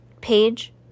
page